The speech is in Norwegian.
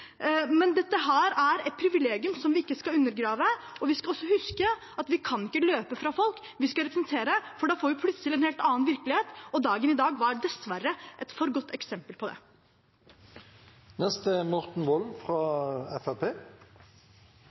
Men dette er et privilegium som vi ikke skal undergrave. Vi skal også huske at vi ikke kan løpe fra folk; vi skal representere. For da får vi plutselig en helt annen virkelighet, og dagen i dag er dessverre et godt eksempel på